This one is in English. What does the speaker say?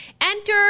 Enter